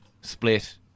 split